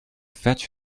fetch